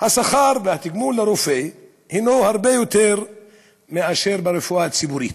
השכר והתגמול לרופא הם הרבה יותר מאשר ברפואה הציבורית.